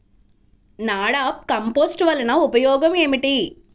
NADEP compost వలన ఉపయోగం ఏమిటి?